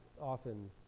often